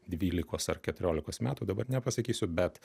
dvylikos ar keturiolikos metų dabar nepasakysiu bet